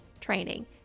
training